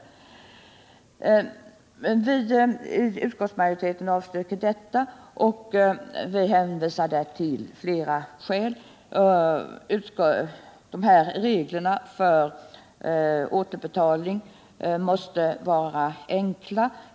Vi i utskottsmajoriteten avstyrker detta och hänvisar där till flera skäl. Reglerna för återbetalning måste vara enkla.